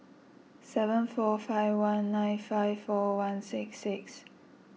seven four five one nine five four one six six